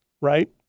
right